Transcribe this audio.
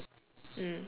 mm